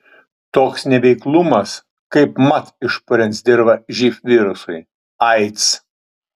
toks neveiklumas kaipmat išpurens dirvą živ virusui aids